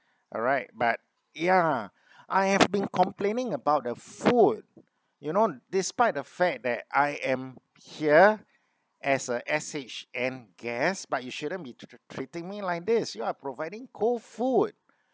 alright but ya I have been complaining about the food you know despite the fact that I am here as a S_H_N guest but you shouldn't be to the tr~ treating me like this you are providing cold food